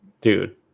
Dude